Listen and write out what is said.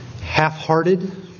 half-hearted